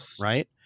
right